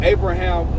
Abraham